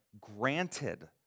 granted